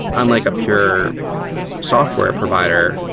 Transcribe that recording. unlike a pure software provider,